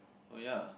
oh ya